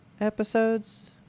episodes